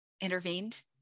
intervened